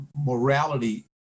morality